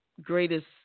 greatest